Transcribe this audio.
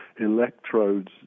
electrodes